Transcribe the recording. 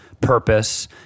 purpose